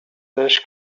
this